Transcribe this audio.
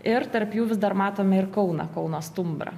ir tarp jų vis dar matome ir kauną kauno stumbrą